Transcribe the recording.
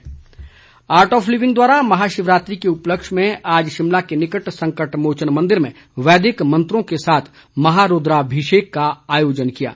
art of living art of living द्वारा महाशिवरात्रि के उपलक्ष्य में आज शिमला के निकट संकट मोचन मंदिर में वैदिक मंत्रों के साथ महारूद्राभिषेक का आयोजन किया गया